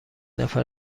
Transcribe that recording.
نفر